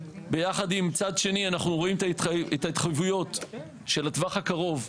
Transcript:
יחד עם צד שני אנחנו רואים את ההתחייבויות של הטווח הקרוב.